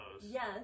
yes